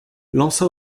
lance